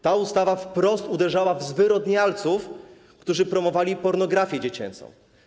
Ta ustawa wprost uderzała w zwyrodnialców, którzy promowali pornografię dziecięcą.